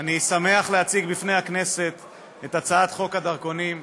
אני שמח להציג בפני הכנסת את הצעת חוק הדרכונים,